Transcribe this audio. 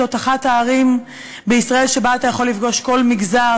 זו אחת הערים בישראל שבה אתה יכול לפגוש כל מגזר,